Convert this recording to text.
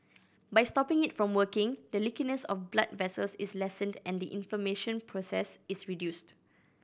by stopping it from working the leakiness of blood vessels is lessened and the inflammation process is reduced